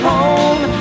Home